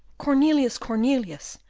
cornelius, cornelius!